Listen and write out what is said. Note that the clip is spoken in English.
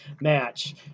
match